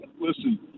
listen